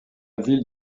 ville